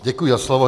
Děkuji za slovo.